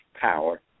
power